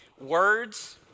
words